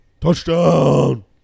Touchdown